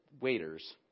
waiters